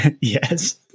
Yes